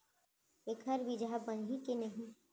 एखर बीजहा बनही के नहीं?